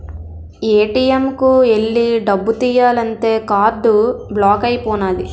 ATM కు ఎల్లి డబ్బు తియ్యాలంతే కార్డు బ్లాక్ అయిపోనాది